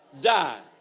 die